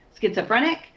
schizophrenic